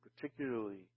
particularly